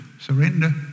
Surrender